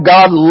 God